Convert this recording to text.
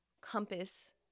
compass